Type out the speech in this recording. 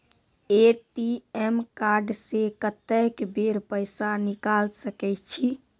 ATM card से कत्तेक बेर पैसा निकाल सके छी?